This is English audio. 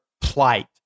plight